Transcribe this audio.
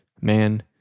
man